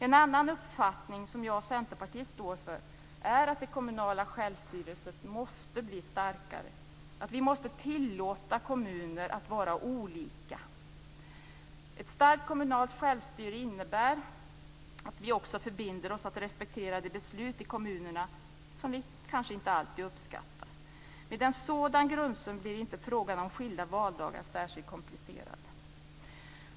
En annan uppfattning - som jag och Centerpartiet står för - är att det kommunala självstyret måste bli starkare, att vi måste tillåta kommuner att vara olika. Ett starkt kommunalt självstyre innebär att vi också förbinder oss att respektera de beslut i kommunerna som vi kanske inte alltid uppskattar. Med en sådan grundsyn blir inte frågan om skilda valdagar särskilt komplicerad.